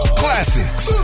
classics